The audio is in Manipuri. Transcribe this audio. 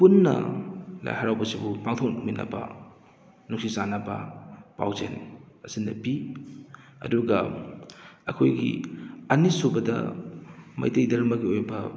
ꯄꯨꯟꯅ ꯂꯥꯏ ꯍꯥꯔꯥꯎꯕꯁꯤꯕꯨ ꯄꯥꯡꯊꯣꯛꯃꯤꯟꯅꯕ ꯅꯨꯡꯁꯤ ꯆꯥꯟꯅꯕ ꯄꯥꯎꯖꯦꯜ ꯑꯁꯤꯅ ꯄꯤ ꯑꯗꯨꯒ ꯑꯩꯈꯣꯏꯒꯤ ꯑꯅꯤꯁꯨꯕꯗ ꯃꯩꯇꯩ ꯗꯔꯃꯥꯒꯤ ꯑꯣꯏꯕ